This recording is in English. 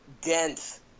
dense